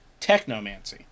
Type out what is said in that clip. technomancy